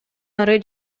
ары